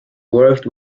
worked